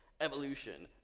evolution,